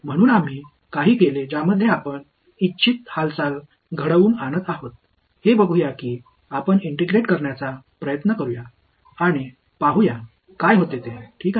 म्हणून आम्ही काही केले ज्यामध्ये आपण इच्छित हालचाल घडवून आणत आहोत हे बघू या की आपण इंटिग्रेट करण्याचा प्रयत्न करूया आणि पाहूया काय होते ते ठीक आहे